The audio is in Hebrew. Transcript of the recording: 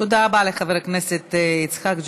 תודה רבה לחבר הכנסת ג'בארין.